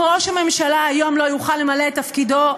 אם ראש הממשלה היום לא יוכל למלא את תפקידו,